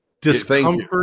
discomfort